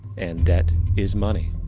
and debt is money.